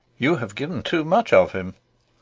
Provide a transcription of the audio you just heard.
you have given too much of him.